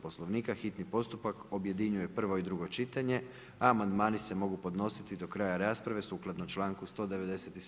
Poslovnika, hitni postupak objedinjuje prvo i drugo čitanje a amandmani se mogu podnositi do kraja rasprave sukladno članku 197.